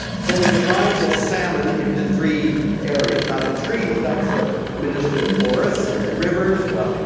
so we divide the salmon into three areas. and the trees, that's the minister of forests. and the rivers, well,